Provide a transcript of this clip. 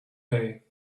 pay